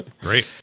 Great